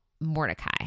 Mordecai